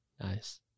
nice